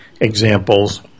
examples